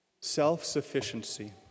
Self-sufficiency